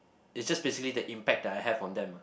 is just basically the impact that I have on them ah